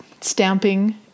stamping